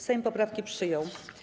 Sejm poprawki przyjął.